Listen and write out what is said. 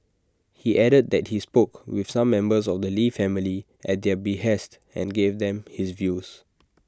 he added that he spoke with some members of the lee family at their behest and gave them his views